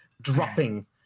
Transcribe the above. dropping